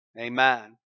amen